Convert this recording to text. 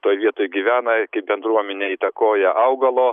toj vietoj gyvena kaip bendruomenė įtakoja augalo